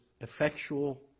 effectual